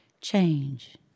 change